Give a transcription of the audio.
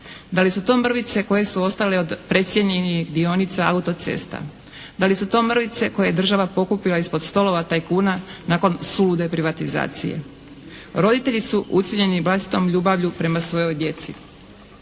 Da li su to mrvice koje su ostale od precijenjenih dionica auto-cesta? Da li su to mrvice koje je država pokupila ispod stolova tajkuna nakon sulude privatizacije? Roditelji su ucijenjeni vlastitom ljubavlju prema svojoj djeci.